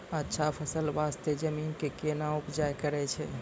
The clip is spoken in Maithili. अच्छा फसल बास्ते जमीन कऽ कै ना उपचार करैय छै